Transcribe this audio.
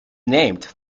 named